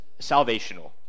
salvational